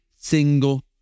single